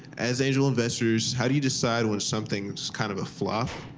as angel investors, how do you decide when something is kind of a flop,